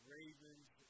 Ravens